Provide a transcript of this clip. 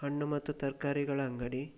ಹಣ್ಣು ಮತ್ತು ತರಕಾರಿಗಳ ಅಂಗಡಿ